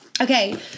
okay